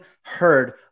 heard